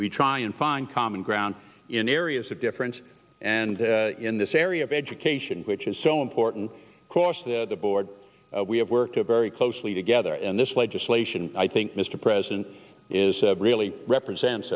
we try and find common ground in areas of difference and in this area of education which is so important across the board we have worked at very closely together and this legislation i think mr president is really represents